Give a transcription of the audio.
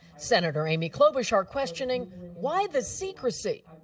senator amy klobuchar questioning why the secrecy.